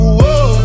whoa